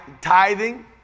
tithing